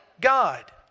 God